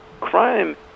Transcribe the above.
crime